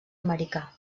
americà